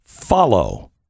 follow